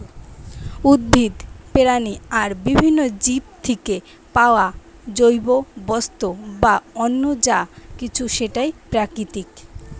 উদ্ভিদ, প্রাণী আর বিভিন্ন জীব থিকে পায়া জৈব বস্তু বা অন্য যা কিছু সেটাই প্রাকৃতিক